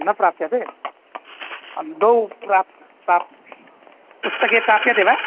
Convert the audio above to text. न प्राप्यते दौ प्राप्येते प्राप्येते पुस्तके प्राप्येते वा